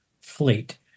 fleet